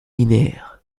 linéaires